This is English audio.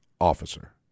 officer